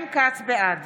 בעד